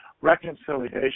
Reconciliation